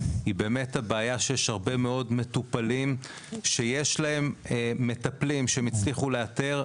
היא הבעיה שיש הרבה מאוד מטופלים שיש להם מטפלים שהם הצליחו לאתר,